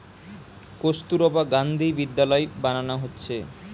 কস্তুরবা গান্ধী বিদ্যালয় বানানা হচ্ছে